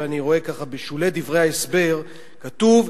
אני רואה בשולי דברי ההסבר כתוב: